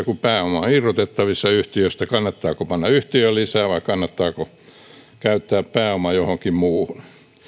kun pääomaa on irrotettavissa yhtiöstä kannattaako panna yhtiöön lisää vai kannattaako käyttää pääoma johonkin muuhun